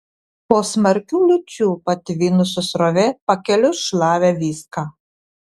po smarkių liūčių patvinusi srovė pakeliui šlavė viską